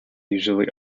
usually